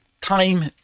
time